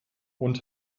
und